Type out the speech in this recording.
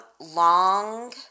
long